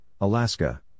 Alaska